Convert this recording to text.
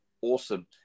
awesome